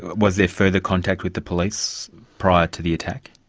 was there further contact with the police prior to the attack?